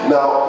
Now